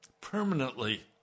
permanently